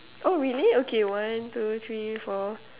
oh really okay one two three four